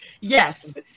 Yes